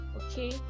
okay